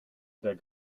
der